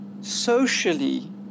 socially